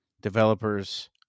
developers